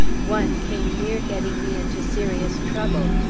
one came near getting me into serious trouble.